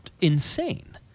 insane